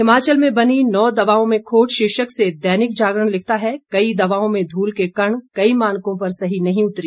हिमाचल में बनी नौ दवाओं में खोट शीर्षक से दैनिक जागरण लिखता है कई दवाओं में धूल के कण कई मानकों पर सही नहीं उतरी